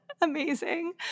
amazing